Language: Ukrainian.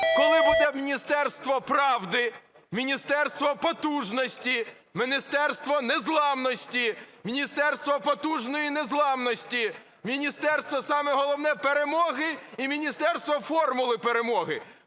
Коли буде міністерство правди, міністерство потужності, міністерство незламності, міністерство потужної незламності, міністерство, саме головне, перемоги і міністерство Формули перемоги?